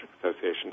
Association